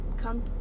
come